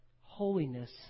holiness